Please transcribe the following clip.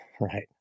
Right